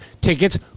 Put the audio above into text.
tickets